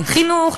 לחינוך,